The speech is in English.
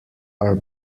are